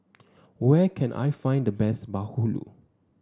where can I find the best Bahulu